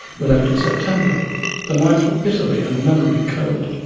we left in september the nights were bitterly and memorably cold,